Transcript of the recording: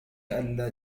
ألّا